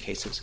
cases